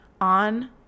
on